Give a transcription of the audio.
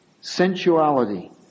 Sensuality